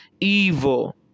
evil